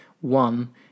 one